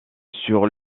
sur